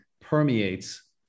permeates